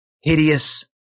hideous